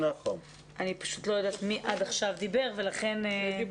האם יש מישהו שנמצא בזום שמעוניין לדבר,